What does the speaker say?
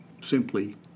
simply